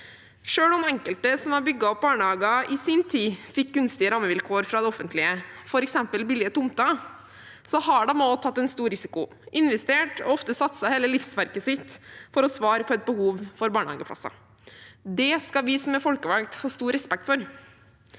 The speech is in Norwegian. Selv om enkelte som har bygd opp barnehager i sin tid, fikk gunstige rammevilkår fra det offentlige, f.eks. billige tomter, har de også tatt en stor risiko, investert og ofte satset hele livsverket sitt for å svare på et behov for barnehageplasser. Det skal vi som er folkevalgte, ha stor respekt for.